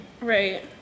right